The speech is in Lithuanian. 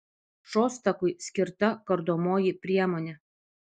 šostakui skirta kardomoji priemonė